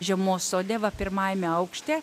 žiemos sode va pirmajame aukšte